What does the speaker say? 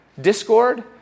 Discord